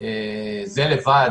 זה לבד